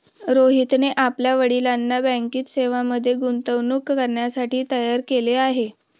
रोहितने आपल्या वडिलांना बँकिंग सेवांमध्ये गुंतवणूक करण्यासाठी तयार केले आहे